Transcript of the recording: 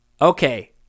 Okay